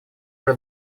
уже